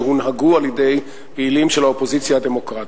שהונהגו על-ידי פעילים של האופוזיציה הדמוקרטית.